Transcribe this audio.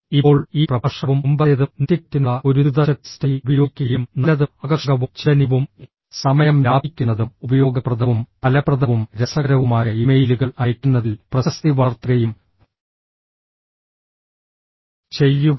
ഇപ്പോൾ ഈ പ്രഭാഷണവും മുമ്പത്തേതും നെറ്റിക്വറ്റിനുള്ള ഒരു ദ്രുത ചെക്ക്ലിസ്റ്റായി ഉപയോഗിക്കുകയും നല്ലതും ആകർഷകവും ചിന്തനീയവും സമയം ലാഭിക്കുന്നതും ഉപയോഗപ്രദവും ഫലപ്രദവും രസകരവുമായ ഇമെയിലുകൾ അയയ്ക്കുന്നതിൽ പ്രശസ്തി വളർത്തുകയും ചെയ്യുക